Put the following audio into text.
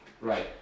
Right